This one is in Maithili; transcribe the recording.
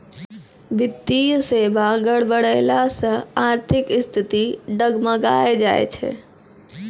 वित्तीय सेबा गड़बड़ैला से आर्थिक स्थिति डगमगाय जाय छै